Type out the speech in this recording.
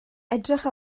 edrych